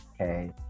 Okay